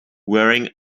wearing